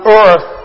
earth